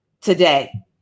today